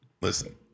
listen